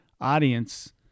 audience